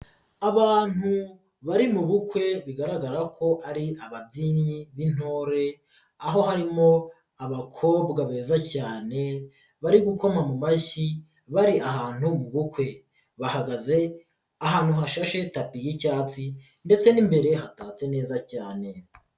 Abantu bari mu bukwe bigaragara ko ari ababyinnyi b'intore, aho harimo abakobwa beza cyane bari gukoma mu mashyi bari ahantu mu bukwe, bahagaze ahantu hashashe tapi y'icyatsi ndetse n'imbere hatatse neza cyane.